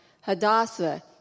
Hadassah